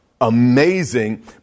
amazing